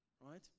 right